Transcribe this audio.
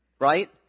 Right